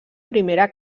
primera